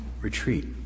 retreat